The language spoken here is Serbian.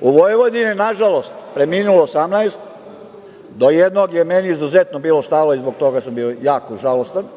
U Vojvodini je, nažalost, preminulo 18. Do jednog je meni izuzetno bilo stalo i zbog toga sam bio jako žalostan